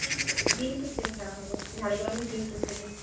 বিনপুর বিনপুর থেকে ছাড়া হবে ঝাড়গ্রামের বিনপুর থেকে